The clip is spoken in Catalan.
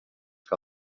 que